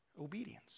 obedience